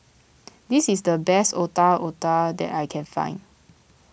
this is the best Otak Otak that I can find